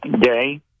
day